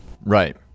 Right